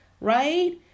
Right